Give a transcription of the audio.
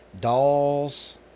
dolls